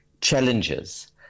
challenges